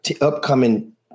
upcoming